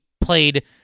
played